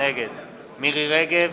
נגד מירי רגב,